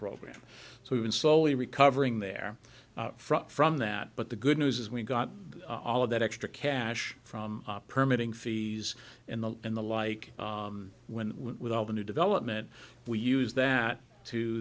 program so even slowly recovering there from from that but the good news is we got all of that extra cash from permitting fees and the and the like when with all the new development we use that to